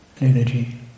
Energy